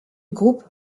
groupe